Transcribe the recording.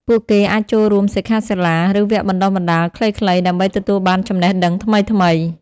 ពួកគេអាចចូលរួមសិក្ខាសាលា ឬវគ្គបណ្ដុះបណ្ដាលខ្លីៗដើម្បីទទួលបានចំណេះដឹងថ្មីៗ។